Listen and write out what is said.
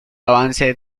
avance